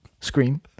screen